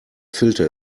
filter